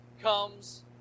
comes